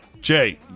Jay